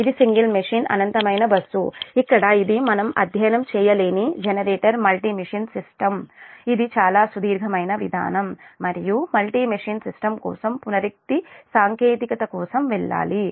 ఇది single machine అనంతమైన bus ఇక్కడ ఇది మనం అధ్యయనం చేయలేని జెనరేటర్ మల్టీ మెషిన్ సిస్టమ్ ఇది చాలా సుదీర్ఘమైన విధానం మరియు మల్టీ మెషిన్ సిస్టమ్ కోసం పునరుక్తి సాంకేతికత కోసం వెళ్ళాలి